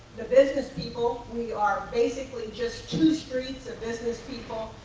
the business people. we are basically just two streets of business people,